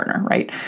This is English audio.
Right